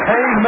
Hey